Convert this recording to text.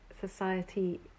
society